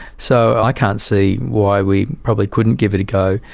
so i can't see why we probably couldn't give it a go.